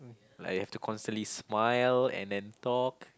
like I have to constantly smile and then talk